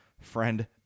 friend